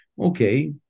okay